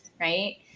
right